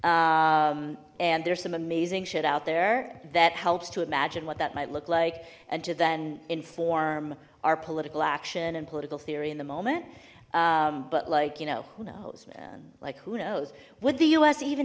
fiction and there's some amazing shit out there that helps to imagine what that might look like and to then inform our political action and political theory in the moment but like you know who knows man like who knows would the u s even